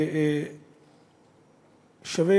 שווה,